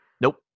Nope